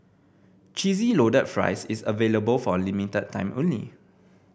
Cheesy Loaded Fries is available for a limited time only